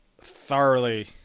thoroughly